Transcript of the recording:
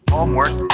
Homework